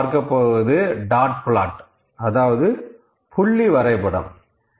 அடுத்து பார்க்கப்போவது dot plot அதாவது புள்ளி வரைபடம்